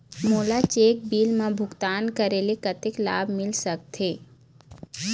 मोला cheque bill मा भुगतान करेले कतक लाभ मिल सकथे?